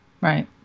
Right